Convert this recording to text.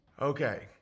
Okay